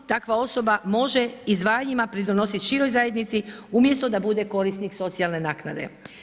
Takva osoba može izdvajanjima pridonositi široj zajednici umjesto da bude korisnik socijalne naknade.